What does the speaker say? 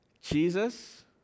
Jesus